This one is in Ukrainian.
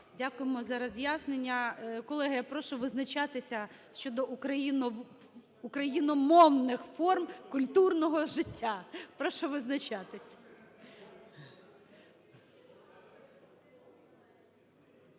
Дякуємо за роз'яснення. Колеги, я прошу визначатися щодо україномовних форм культурного життя. Прошу визначатись.